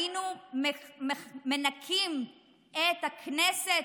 היינו מנקים את הכנסת,